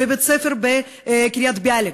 בבית-ספר בקריית-ביאליק,